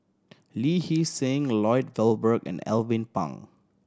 Lee Hee Seng Lloyd Valberg and Alvin Pang